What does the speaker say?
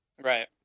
Right